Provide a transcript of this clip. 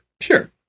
Sure